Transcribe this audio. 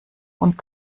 und